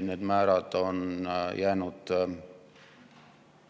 Need määrad on jäänud